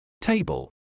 table